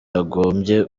yagombye